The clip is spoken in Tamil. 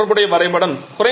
இது தொடர்புடைய வரைபடம்